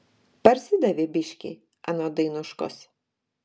parsidavė biškį anot dainuškos